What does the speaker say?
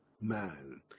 man